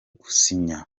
gusinya